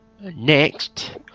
Next